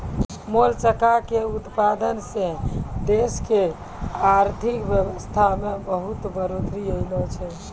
मोलसका के उतपादन सें देश के आरथिक बेवसथा में बहुत्ते बढ़ोतरी ऐलोॅ छै